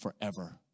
forever